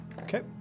Okay